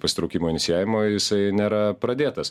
pasitraukimo inicijavimo jisai nėra pradėtas